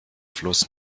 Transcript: fluss